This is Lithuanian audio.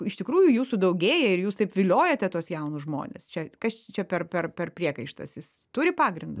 iš tikrųjų jūsų daugėja ir jūs taip viliojate tuos jaunus žmones čia kas čia per per per priekaištas jis turi pagrindą